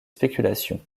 spéculations